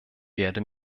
werde